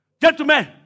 Gentlemen